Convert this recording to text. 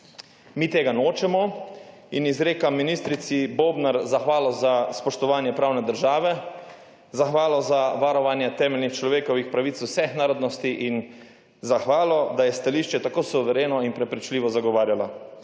Mi tega nočemo. In izrekam ministrici Bobnar zahvalo za spoštovanje pravne države, zahvalo za varovanje temeljnih človekovih pravic vseh narodnosti in zahvalo, da je stališče tako suvereno in prepričljivo zagovarjala.